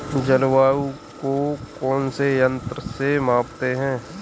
जलवायु को कौन से यंत्र से मापते हैं?